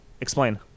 Explain